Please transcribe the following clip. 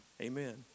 Amen